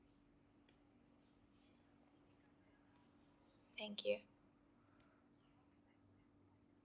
thank you